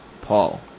Paul